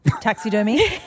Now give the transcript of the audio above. taxidermy